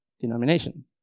denomination